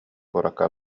куоракка